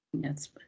Yes